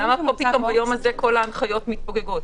למה פתאום ביום הזה כל ההנחיות מתפוגגות?